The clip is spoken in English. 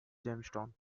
gemstone